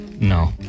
No